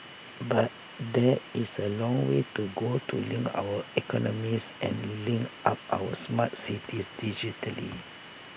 but there is A long way to go to link our economies and link up our smart cities digitally